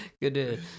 Good